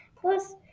plus